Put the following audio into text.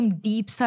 deep